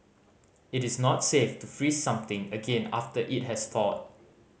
it is not safe to freeze something again after it has thawed